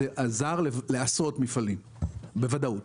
זה עזר לעשרות מפעלים בוודאות,